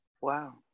Wow